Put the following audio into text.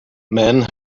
men